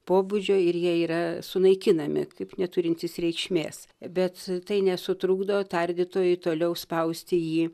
pobūdžio ir jie yra sunaikinami kaip neturintys reikšmės bet tai nesutrukdo tardytojui toliau spausti jį